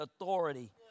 authority